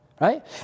Right